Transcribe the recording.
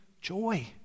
joy